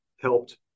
helped